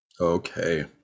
Okay